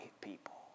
people